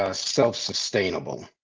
ah self sustainable.